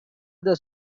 other